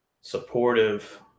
supportive